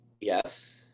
yes